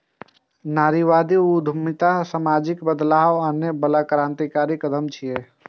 नारीवादी उद्यमिता सामाजिक बदलाव आनै बला क्रांतिकारी कदम छियै